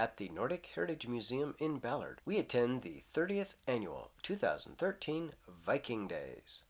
at the nordic heritage museum in ballard we attend the thirtieth annual two thousand and thirteen viking day